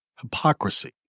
hypocrisy